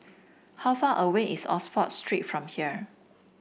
how far away is Oxford Street from here